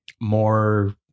more